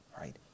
right